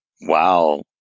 wow